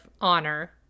Honor